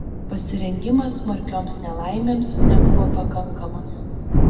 pasirengimas smarkioms nelaimėms nebuvo pakankamas